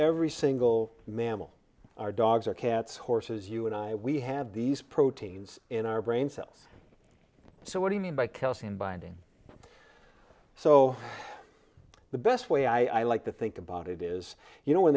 every single mammal are dogs or cats horses you and i we have these proteins in our brain cells so what do you mean by calcium binding so the best way i like to think about it is you know when